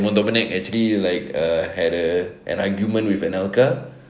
raymond dominic actually like uh had a an argument with anelka